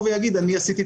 נגיד